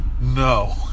No